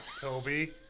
Toby